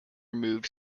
removed